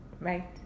Right